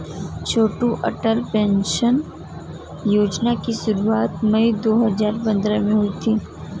छोटू Atal pension Yojana की शुरुआत मई दो हज़ार पंद्रह में हुई थी